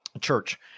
church